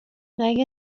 neu